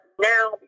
now